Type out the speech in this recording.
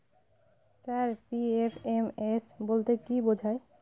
Sir PFMS বলতে কি বোঝায়?